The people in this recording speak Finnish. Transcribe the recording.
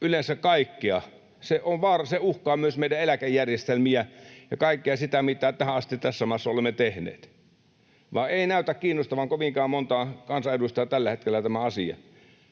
yleensä kaikkea. Se vaara uhkaa myös meidän eläkejärjestelmiämme ja kaikkea sitä, mitä tähän asti tässä maassa olemme tehneet. Vaan ei näytä kiinnostavan kovinkaan montaa kansanedustajaa tällä hetkellä tämä asia.